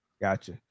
Gotcha